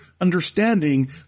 understanding